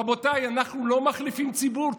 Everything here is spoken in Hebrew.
רבותיי, אנחנו לא מחליפים ציבור.